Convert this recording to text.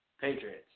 Patriots